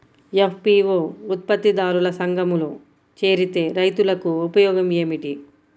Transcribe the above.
FPO ఉత్పత్తి దారుల సంఘములో చేరితే రైతులకు ఉపయోగము ఏమిటి?